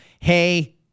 hey